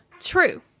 true